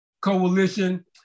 Coalition